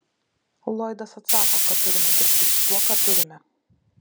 lloydas atsako kad turime dirbti su tuo ką turime